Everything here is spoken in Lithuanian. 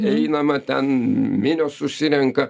einama ten minios susirenka